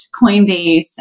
Coinbase